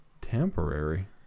temporary